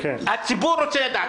הציבור רוצה לדעת.